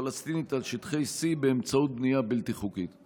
פלסטינית על שטחי C באמצעות בנייה בלתי חוקית?